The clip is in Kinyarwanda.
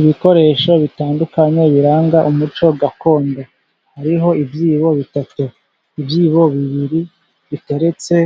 Ibikoresho bitandukanye biranga umuco gakondo. Hariho ibyibo bitatu. Ibyibo bibiri biteretse